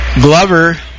Glover